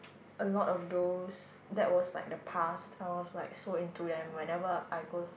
a lot of those that was like in the past I was like so into them whenever I go